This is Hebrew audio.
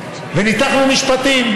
וניתחנו משפטים: